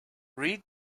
read